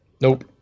Nope